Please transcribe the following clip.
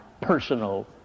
personal